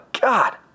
God